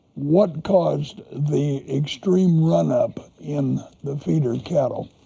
what caused the extreme run-up in the feeder cattle.